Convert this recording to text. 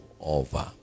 over